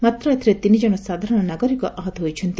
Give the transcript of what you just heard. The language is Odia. ମାତ୍ର ଏଥିରେ ତିନିକଣ ସାଧାରଣ ନାଗରିକ ଆହତ ହୋଇଛନ୍ତି